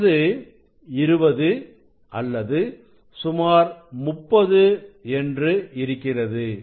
இப்பொழுது 20 அல்லது சுமார் 30 என்று இருக்கிறது